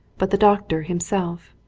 but the doctor himself.